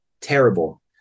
terrible